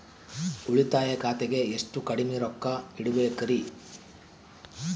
ಉಳಿತಾಯ ಖಾತೆಗೆ ಎಷ್ಟು ಕಡಿಮೆ ರೊಕ್ಕ ಇಡಬೇಕರಿ?